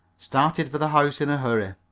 started for the house in a hurry.